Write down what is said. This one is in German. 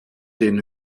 den